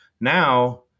Now